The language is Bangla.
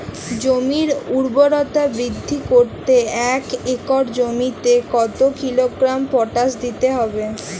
জমির ঊর্বরতা বৃদ্ধি করতে এক একর জমিতে কত কিলোগ্রাম পটাশ দিতে হবে?